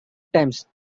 times